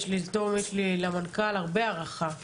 יש לי הרבה הערכה לתומר,